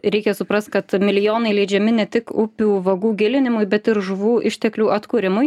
reikia suprast kad milijonai leidžiami ne tik upių vagų gilinimui bet ir žuvų išteklių atkūrimui